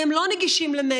הרי הם לא עם נגישות למדיה.